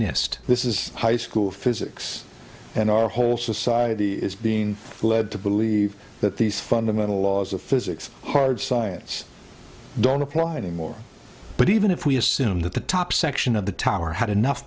nist this is high school physics and our whole society is being led to believe that these fundamental laws of physics hard science don't apply anymore but even if we assume that the top section of the tower had enough